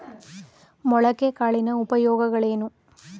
ಮೊಳಕೆ ಕಾಳಿನ ಉಪಯೋಗಗಳೇನು?